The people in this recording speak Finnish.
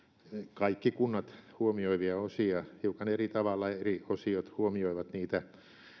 kaikki kunnat huomioivia osia hiukan eri tavalla eri osiot huomioivat niitä